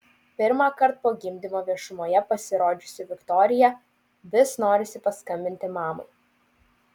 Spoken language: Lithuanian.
pirmąkart po gimdymo viešumoje pasirodžiusi viktorija vis norisi paskambinti mamai